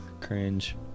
cringe